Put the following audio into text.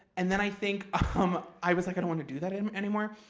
and then i think ah um i was like i don't want to do that and anymore.